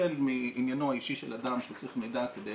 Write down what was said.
החל מעניינו האישי של אדם שצריך מידע כדי